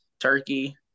turkey